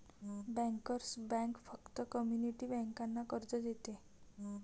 bankers bank फक्त community बँकांना कर्ज देते